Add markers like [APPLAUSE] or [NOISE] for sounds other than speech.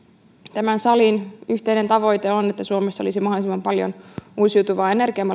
tämän salin yhteinen tavoite on että suomessa olisi mahdollisimman paljon uusiutuvaa energiaa [UNINTELLIGIBLE]